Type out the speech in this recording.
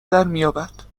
درمیابد